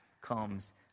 comes